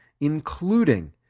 including